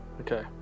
okay